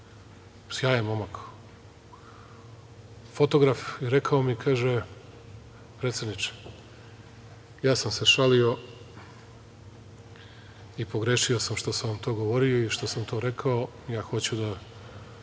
sjajan momak, fotograf, i kaže – predsedniče, ja sam se šalio i pogrešio sam što sam vam to govorio i što sam to rekao, ja hoću da